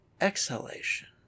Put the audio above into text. exhalation